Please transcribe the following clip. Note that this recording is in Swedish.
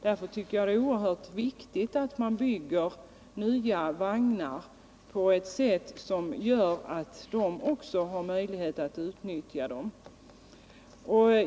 Därför tycker jag det är oerhört viktigt att man bygger nya vagnar på sådant sätt att också de handikappade har möjligheter att utnyttja dem.